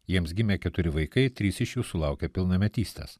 jiems gimė keturi vaikai trys iš jų sulaukė pilnametystės